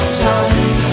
time